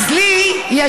אבל למה את משקרת?